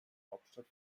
hauptstadt